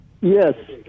Yes